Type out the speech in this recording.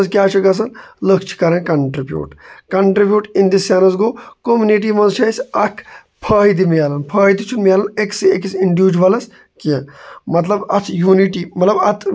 تہٕ أسۍ چھِنہٕ ہٮ۪کان تَمیُک لُطُف تُلِتھ کِہیٖنۍ بیٚیہِ چھِ آسان سُہ سَپَریٹ ہُتھ کَنۍ چھِ أسۍ فیملی اِکوَٹَے بیٚہوان پَتہٕ کَران شیر پانہٕ ؤنۍ پَتہٕ چھِ کَران أسۍ سُہ سٔرٕو تَتھ چھِ یِوان اَکھ اَگٕے لُطُف سٲری چھِ کھٮ۪وان